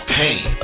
pain